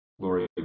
Glory